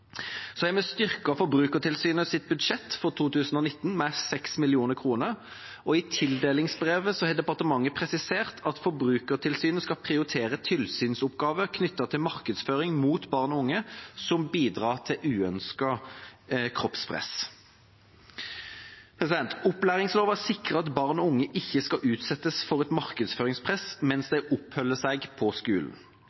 Så har vi styrket Forbrukertilsynets budsjett for 2019 med 6 mill. kr, og i tildelingsbrevet har departementet presisert at Forbrukertilsynet skal prioritere tilsynsoppgaver knyttet til markedsføring mot barn og unge som bidrar til uønsket kroppspress. Opplæringsloven sikrer at barn og unge ikke skal utsettes for et markedsføringspress mens